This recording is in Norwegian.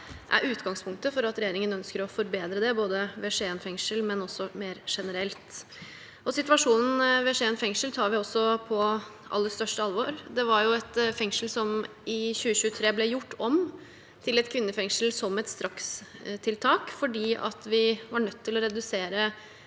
er utgangspunktet for at regjeringen ønsker å forbedre forholdene ved Skien fengsel, men også mer generelt. Situasjonen ved Skien fengsel tar vi på aller største alvor. Fengselet ble i 2023 gjort om til et kvinnefengsel som et strakstiltak fordi vi var nødt til å redusere